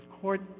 court